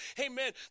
Amen